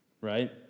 right